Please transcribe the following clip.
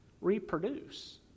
reproduce